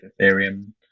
Ethereum